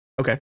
Okay